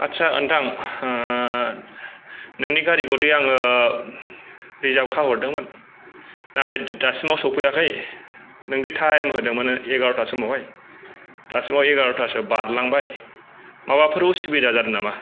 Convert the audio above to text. आछा नोंथां नोंनि गारिखौदि आङो रिजार्भ खालामहरदोंमोन नाथाय दासिमाव सौफैयाखै नोंदि टाइम होदोंमोन एगार'था समावहाय दासिमाव एगार'थासो बारलांबाय माबाफोर उसुबिदा जादों नामा